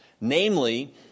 Namely